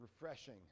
refreshing